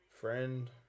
Friend